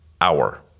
hour